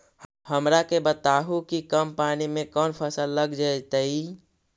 हमरा के बताहु कि कम पानी में कौन फसल लग जैतइ?